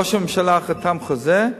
ראש הממשלה חתם חוזה,